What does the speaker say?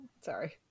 sorry